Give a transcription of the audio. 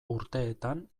urteetan